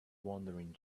wandering